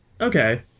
Okay